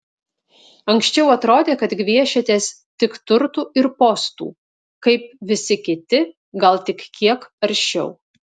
anksčiau atrodė kad gviešiatės tik turtų ir postų kaip visi kiti gal tik kiek aršiau